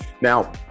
Now